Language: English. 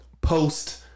post